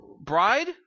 bride